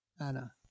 Anna